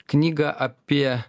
knygą apie